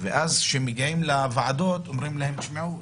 ואז כשמגיעים לוועדות אומרים להם: תשמעו,